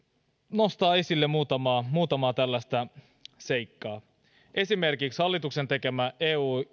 nostaa esille muutamaa muutamaa tällaista seikkaa esimerkiksi hallituksen tekemät eu